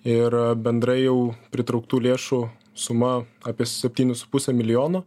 ir bendrai jau pritrauktų lėšų suma apie septynis su puse milijono